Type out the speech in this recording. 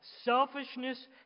selfishness